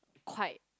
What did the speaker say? quite